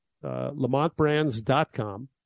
Lamontbrands.com